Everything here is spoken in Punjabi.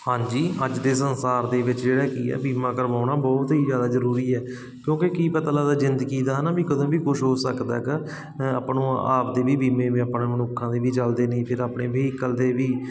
ਹਾਂਜੀ ਅੱਜ ਦੇ ਸੰਸਾਰ ਦੇ ਵਿੱਚ ਜਿਹੜਾ ਕੀ ਹੈ ਬੀਮਾ ਕਰਵਾਉਣਾ ਬਹੁਤ ਹੀ ਜ਼ਿਆਦਾ ਜ਼ਰੂਰੀ ਹੈ ਕਿਉਂਕਿ ਕੀ ਪਤਾ ਲੱਗਦਾ ਜ਼ਿੰਦਗੀ ਦਾ ਹੈ ਨਾ ਵੀ ਕਦੋਂ ਵੀ ਕੁਛ ਹੋ ਸਕਦਾ ਹੈਗਾ ਆਪਾਂ ਨੂੰ ਆਪਣੇ ਵੀ ਬੀਮੇ ਵੀ ਆਪਾਂ ਨੂੰ ਮਨੁੱਖਾਂ ਦੇ ਵੀ ਚੱਲਦੇ ਨੇ ਫਿਰ ਆਪਣੇ ਵਹੀਕਲ ਦੇ ਵੀ